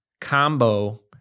combo